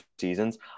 seasons